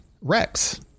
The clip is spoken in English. Rex